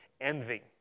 envy